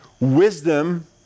wisdom